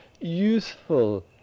useful